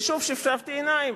ושוב שפשפתי עיניים.